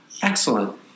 Excellent